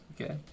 okay